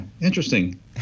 interesting